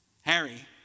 Harry